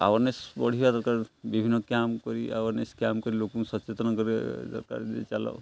awareness ବଢ଼ିବା ଦରକାର ବିଭିନ୍ନ କ୍ୟାମ୍ପ କରି ଆୱାରନେସ୍ କ୍ୟାମ୍ପ କରି ଲୋକଙ୍କୁ ସଚେତନ ଦେବେ ଦରକାର ଯେ ଚାଲ